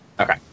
Okay